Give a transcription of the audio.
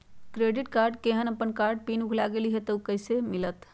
Credit card केहन अपन card के पिन भुला गेलि ह त उ कईसे मिलत?